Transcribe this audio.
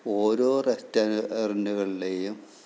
ഓരോ റെസ്റ്ററൻറ്റുകളിലേയും